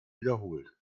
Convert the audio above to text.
wiederholt